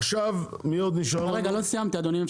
לא סיימתי, אדוני.